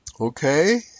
Okay